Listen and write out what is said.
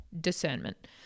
discernment